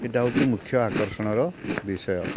ସେଟା ହେଉଛି ମୁଖ୍ୟ ଆକର୍ଷଣର ବିଷୟ